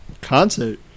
Concert